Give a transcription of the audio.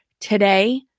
Today